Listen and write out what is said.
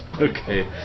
Okay